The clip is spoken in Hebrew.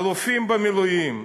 אלופים במילואים,